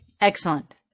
excellent